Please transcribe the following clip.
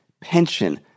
pension